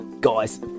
Guys